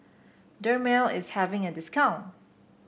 Dermale is having a discount